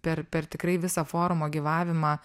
per per tikrai visą forumo gyvavimą